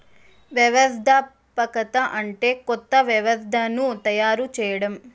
వ్యవస్థాపకత అంటే కొత్త వ్యవస్థను తయారు చేయడం